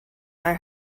are